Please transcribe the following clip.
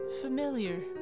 familiar